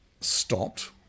stopped